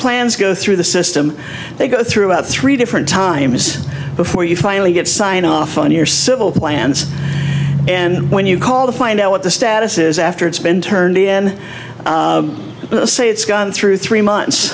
plans go through the system they go through about three different times before you finally get sign off on your civil plans and when you call the find out what the status is after it's been turned in the say it's gone through three months